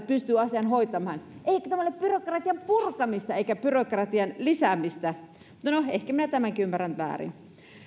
pystyy asian hoitamaan eikö tämä ole byrokratian purkamista eikä byrokratian lisäämistä no ehkä minä tämänkin ymmärrän nyt väärin